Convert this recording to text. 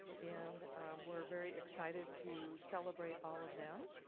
and we're very excited to celebrate all of them.